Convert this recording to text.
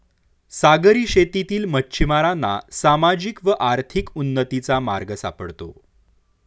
सागरी शेतीतील मच्छिमारांना सामाजिक व आर्थिक उन्नतीचा मार्ग सापडतो